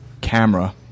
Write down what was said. camera